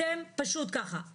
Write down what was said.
אתם פשוט ככה,